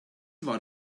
about